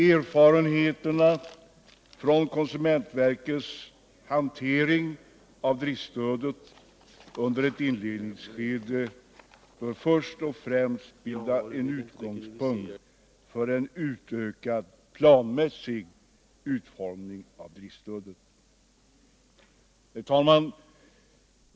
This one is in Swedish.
Erfarenheterna från konsumentverkets hantering av driftstödet under ett inledningsskede bör först och främst bilda utgångspunkt för en utökad planmässig utformning av driftstödet. Herr talman!